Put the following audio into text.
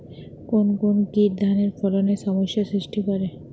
কোন কোন কীট ধানের ফলনে সমস্যা সৃষ্টি করে?